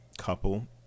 couple